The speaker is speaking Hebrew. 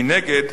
מנגד,